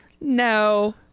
No